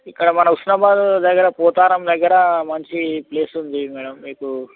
ఇక్కడ మన హుస్నాబాద్ దగ్గర పోతారం దగ్గర మంచి ప్లేస్ ఉంది మేడం మీకు